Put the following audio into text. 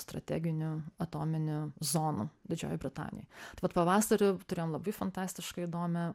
strateginių atominių zonų didžiojoj britanijoj tai vat pavasarį turėjom labai fantastiškai įdomią